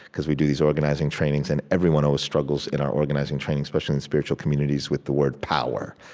because we do these organizing trainings, and everyone always struggles in our organizing trainings, especially in spiritual communities, with the word power.